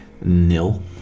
Nil